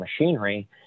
machinery